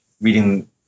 reading